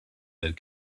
that